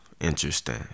Interesting